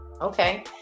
okay